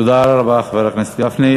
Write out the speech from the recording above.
תודה רבה, חבר הכנסת גפני.